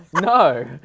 No